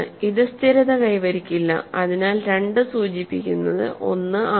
ഇത് സ്ഥിരത കൈവരിക്കില്ല അതിനാൽ 2 സൂചിപ്പിക്കുന്നത് 1 ആണ്